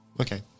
Okay